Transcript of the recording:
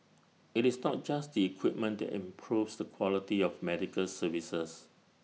IT is not just the equipment that improves the quality of medical services